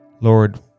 Lord